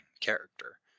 character